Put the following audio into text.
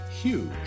huge